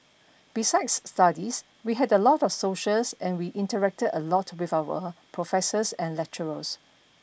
besides studies we had a lot of socials and we interacted a lot with our professors and lecturers